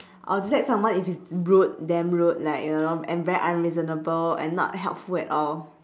I'll dislike someone if he is rude damn rude like you know and very unreasonable and not helpful at all